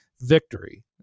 victory